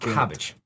Cabbage